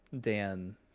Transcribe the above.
Dan